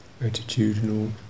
attitudinal